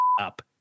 up